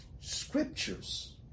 scriptures